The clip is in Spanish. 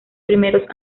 primeros